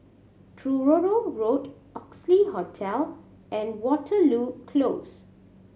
Truro Road Oxley Hotel and Waterloo Close